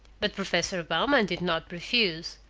but professor bowman did not refuse.